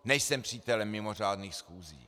Nejsem přítelem mimořádných schůzí.